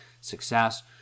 success